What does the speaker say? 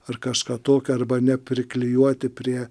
ar kažką tokio arba nepriklijuoti prie